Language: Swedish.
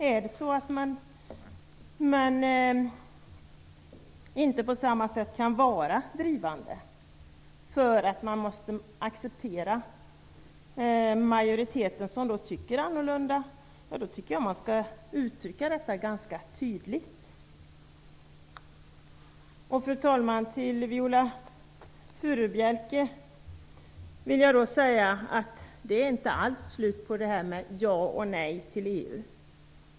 Om man inte på samma sätt kan vara pådrivande därför att man måste acceptera att majoriteten tycker annorlunda, då skall man uttrycka detta ganska tydligt. Fru talman! Till Viola Furubjelke vill jag säga att det inte alls är slut på detta med ja och nej till EU.